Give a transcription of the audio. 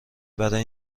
برای